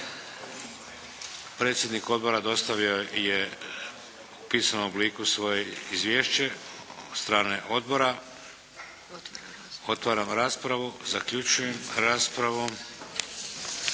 Predsjednik Odbora dostavio je u pisanom obliku svoje izvješće od strane Odbora. Otvaram raspravu. Zaključujem raspravu.